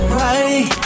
right